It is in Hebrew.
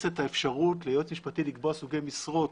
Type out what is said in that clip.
את האפשרות ליועץ משפטי לקבוע סוגי משרות